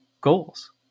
goals